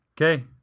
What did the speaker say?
Okay